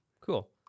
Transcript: cool